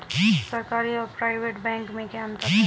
सरकारी और private bank में क्या अंतर है?